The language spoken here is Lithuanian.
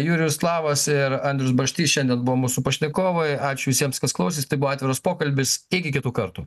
jurijus lavas ir andrius barštys šiandien buvo mūsų pašnekovai ačiū visiems kas klausėsi tai buvo atviras pokalbis iki kitų kartų